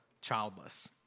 childless